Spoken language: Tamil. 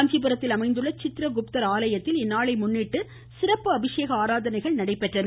காஞ்சிபுரத்தில் அமைந்துள்ள சித்ரகுப்தர் ஆலயத்தில் இந்நாளை முன்னிட்டு சிறப்பு அபிஷேக ஆராதனைகள் நடைபெற்றது